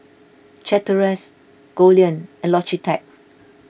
Chateraise Goldlion and Logitech